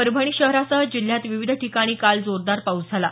परभणी शहरासह जिल्ह्यात विविध ठिकाणी काल जोरदार पाऊस झाला